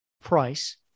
price